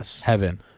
Heaven